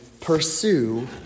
Pursue